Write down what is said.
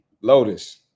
Lotus